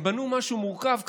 הם בנו משהו מורכב,